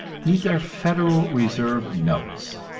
these are federal reserve notes,